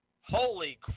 holy